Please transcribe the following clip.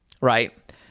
right